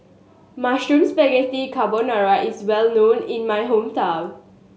Mushroom Spaghetti Carbonara is well known in my hometown